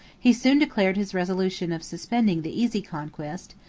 he soon declared his resolution of suspending the easy conquest,